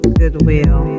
goodwill